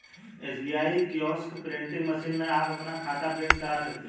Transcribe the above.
SBI kiosk printing machine में आप अपना खाता प्रिंट करा सकते हैं